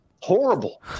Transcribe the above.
Horrible